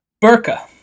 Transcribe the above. Burka